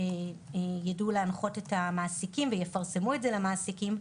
על מנת שידעו להנחות את מעסיקים ויפרסמו את זה למעסיקים,